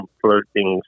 floating